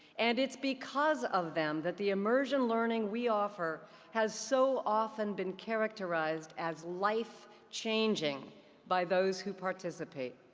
and it's because of them that the immersion learning we offer has so often been characterized as life changing by those who participate.